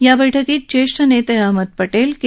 या बैठकीत ज्येष्ठ नेते अहमद पांजि के